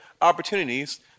opportunities